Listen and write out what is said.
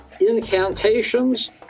incantations